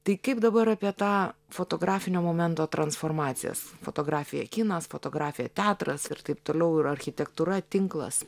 tai kaip dabar apie tą fotografinio momento transformacijas fotografija kinas fotografija teatras ir taip toliau ir architektūra tinklas